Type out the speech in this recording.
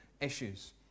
issues